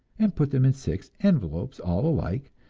and put them in six envelopes all alike,